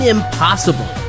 Impossible